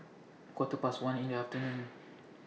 Quarter Past one in The afternoon